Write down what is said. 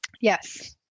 Yes